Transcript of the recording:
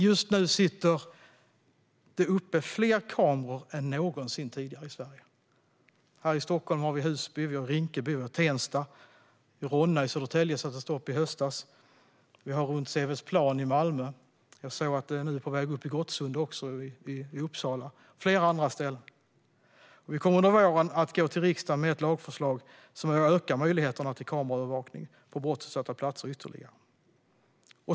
Just nu sitter det fler kameror uppe än någonsin tidigare i Sverige. Här i Stockholm har vi det i Husby, Rinkeby och Tensta, och i Ronna i Södertälje sattes det upp i höstas. Vi har det runt Sevedsplan i Malmö, och jag såg att det nu är på väg i Gottsunda i Uppsala och på flera andra ställen. Vi kommer under våren att gå till riksdagen med ett lagförslag som ökar möjligheterna till kameraövervakning på brottsutsatta platser ytterligare.